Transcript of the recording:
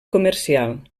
comercial